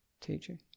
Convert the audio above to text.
teacher